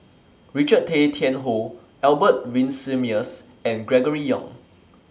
Richard Tay Tian Hoe Albert Winsemius and Gregory Yong